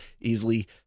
easily